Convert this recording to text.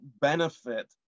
benefit